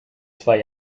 zwei